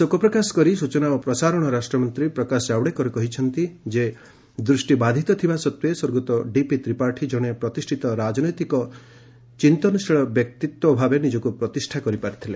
ଶୋକ ପ୍ରକାଶ କରି ସ୍ବଚନା ଓ ପ୍ରସାରଣ ମନ୍ତ୍ରୀ ପ୍ରକାଶ ଜାଭଡେକର କହିଛନ୍ତି ଯେ ଦୃଷ୍ଟିବାଧିତ ଥିବା ସତ୍ତ୍ୱେ ସ୍ୱର୍ଗତ ଡିପି ତ୍ରିପାଠୀ ଜଣେ ପ୍ରତିଷ୍ଠିତ ରାଜନୈତିକ ଚିନ୍ତନଶୀଳ ବ୍ୟକ୍ତିତ୍ୱ ଭାବେ ନିଜକ୍ତ ପ୍ରତିଷ୍ଠିତ କରିପାରିଥିଲେ